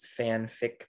fanfic